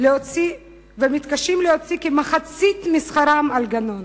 ומתקשים להוציא כמחצית משכרם על גנון.